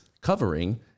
covering